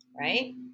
right